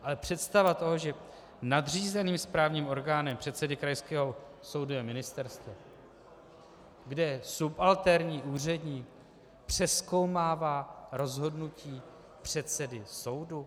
Ale představa toho, že nadřízeným správním orgánem předsedy krajského soudu je ministerstvo, kde subalterní úředník přezkoumává rozhodnutí předsedy soudu?